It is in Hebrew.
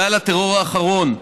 גל הטרור האחרון,